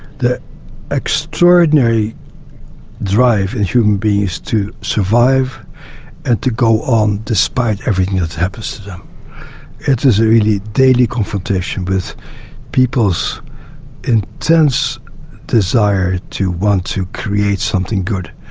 the extraordinary drive in human beings to survive and to go on despite everything ah that happens to them. it is a really daily confrontation with people's intense desire to want to create something good.